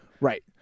Right